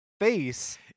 face